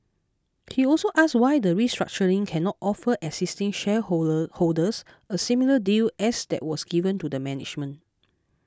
he also asked why the restructuring cannot offer existing share holders a similar deal as that was given to the management